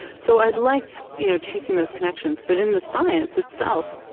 so i liked you know taking those connections but in the science itself,